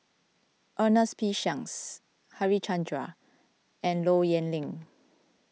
Ernest P Shanks Harichandra and Low Yen Ling